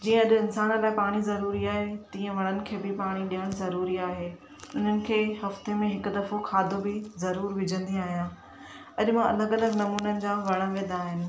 जीअं अॼु इंसान लाइ पाणी ज़रूरी आहे तीअं वणनि खे बि पाणी ॾियनि ज़रूरी आहे उन्हनि खे हफ़्ते में हिकु दफ़ो खाधो बि ज़रूरु विझंदी आहियां अॼु मां अलॻि अलॻि नमूने जा वण विधा आहिनि